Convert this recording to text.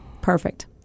perfect